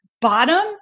bottom